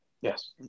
Yes